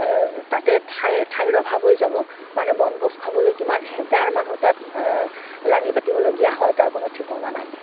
তাতে ঠাই ঠাইৰ অভাৱ হৈ যাব মানে বনভোজ খাবলৈ কিমান হেজাৰ মানুহ তাত লানি পাতিবলগীয়া হয় তাৰ কোনো ঠিকনা নাই